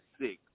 six